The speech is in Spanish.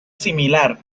similar